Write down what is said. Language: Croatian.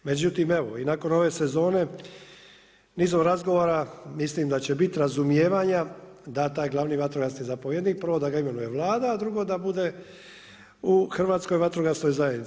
Međutim, evo i nakon ove sezone nizom razgovora mislim da će biti razumijevanja da taj glavni vatrogasni zapovjednik prvo da ga imenuje Vlada, a drugo da bude u Hrvatskoj vatrogasnoj zajednici.